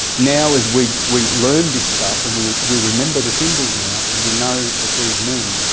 now, as we we learn this stuff, and we we remember the symbols now cause we know what these mean,